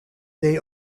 they